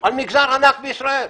על מגזר ענק בישראל.